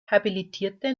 habilitierte